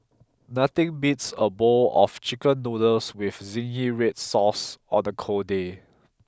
nothing beats a bowl of chicken noodles with zingy red sauce on a cold day